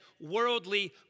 worldly